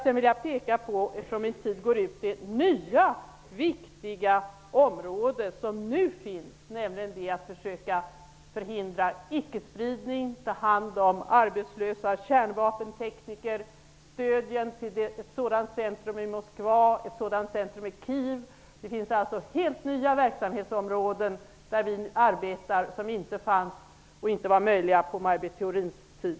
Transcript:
Jag vill peka på det nya viktiga område som nu finns, nämligen att försöka förhindra spridning, att ta hand om arbetslösa kärnvapentekniker, och stöd till ett centrum för sådant i Moskva och ett sådant centrum i Kiev. Det finns helt nya verksamhetsområden där vi arbetar vilka inte fanns och inte var möjliga på Maj Britt Theorins tid.